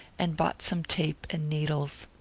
and bought some tape and needles.